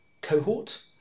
cohort